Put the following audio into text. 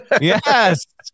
Yes